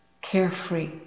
Carefree